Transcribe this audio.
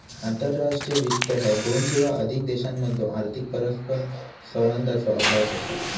आंतरराष्ट्रीय वित्त ह्या दोन किंवा अधिक देशांमधलो आर्थिक परस्परसंवादाचो अभ्यास असा